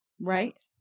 Right